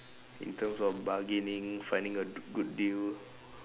in terms of bargaining finding a good deal